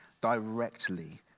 directly